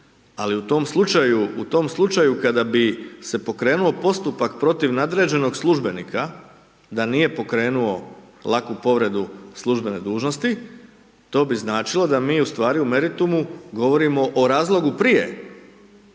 Ali u tom slučaju kada bi se pokrenuo postupak protiv nadređenog službenika da nije pokrenuo laku povredu službene dužnosti, to bi značilo da mi ustvari u meritumu govorimo o razlogu prije.